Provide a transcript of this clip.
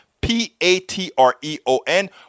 P-A-T-R-E-O-N